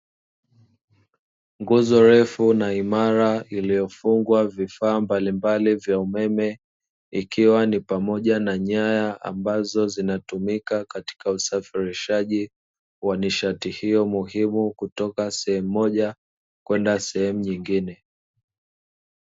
Nguzo refu na imara iliyofungwa vifaa mbalimbali vya umeme, ikiwa ni pamoja na nyaya ambazo zinatumika katika usafirishaji wa nishati hiyo muhimu kutoka sehemu moja kwenda sehemu nyingine.